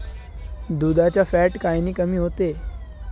दुधाचं फॅट कायनं कमी होते?